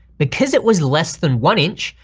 because it was less than one inch,